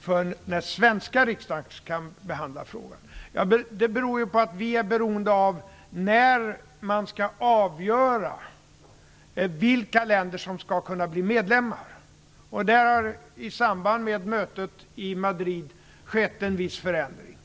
för när svenska riksdagen kan behandla frågan? Ja, det har att göra med att vi är beroende av när man skall avgöra vilka länder som skall kunna bli medlemmar. I samband med mötet i Madrid har det skett en viss förändring.